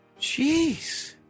Jeez